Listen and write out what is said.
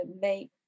make